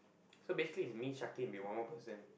so basically is me Shakti with one more person